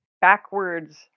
backwards